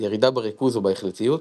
ירידה בריכוז\בהחלטיות,